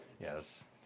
Yes